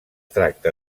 tracta